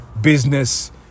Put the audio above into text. Business